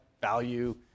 value